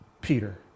Peter